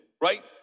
right